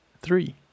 Three